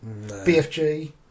BFG